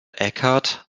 eckhart